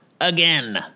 again